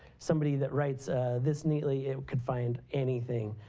somebody that writes this neatly could find anything.